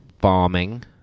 farming